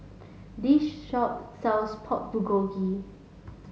this shop sells Pork Bulgogi